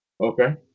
Okay